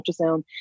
ultrasound